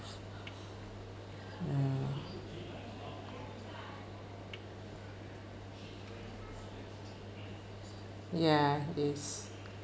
ya ya is